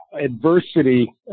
adversity